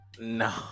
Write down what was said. no